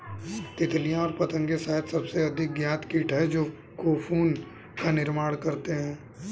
तितलियाँ और पतंगे शायद सबसे अधिक ज्ञात कीट हैं जो कोकून का निर्माण करते हैं